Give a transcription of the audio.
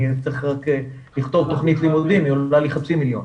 אני צריך רק לכתוב תוכנית לימודים וזה עולה לי כחצי מיליון.